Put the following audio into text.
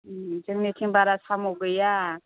जोंनिथिं बारा साम' गैया